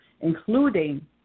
including